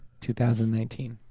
2019